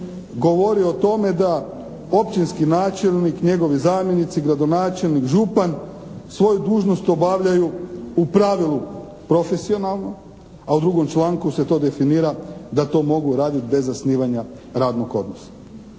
govori o tome da općinski načelnik, njegovi zamjenici, gradonačelnik, župan svoju dužnost obavljaju u pravilu profesionalno, a u drugom članku se to definira da to mogu raditi bez zasnivanja radnog odnosa.